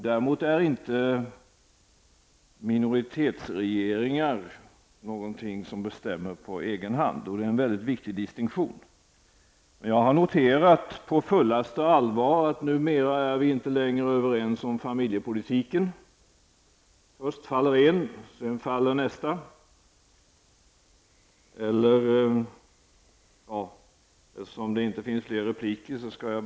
Däremot beslutar inte minoritetsregeringar på egen hand, och det är en väldigt viktig distinktion. Jag har på fullaste allvar noterat att vi numera inte längre är överens om familjepolitiken. Först faller ett område, sedan faller nästa.